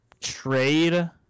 trade